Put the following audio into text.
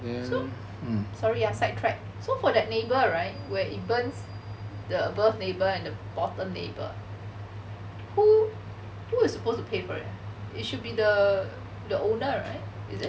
so sorry ah sidetrack so for that neighbour right where it burns the above neighbour and the bottom neighbour who who is supposed to pay for it ah it should be the the owner right is it